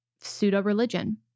pseudo-religion